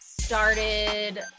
started